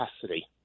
capacity